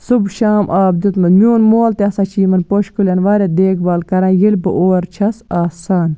صُبح شام آب دیُتمُت میون مول تہِ ہسا چھِ یِمَن پوشہٕ کُلٮ۪ن واریاہ دیکھ بال کران ییٚلہِ بہٕ اور چھَس آسان